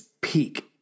peak